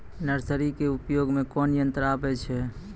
Nursery के उपयोग मे कोन यंत्र आबै छै?